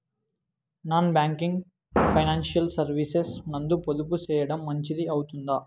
Non banking financial services నందు పొదుపు సేయడం మంచిది అవుతుందా?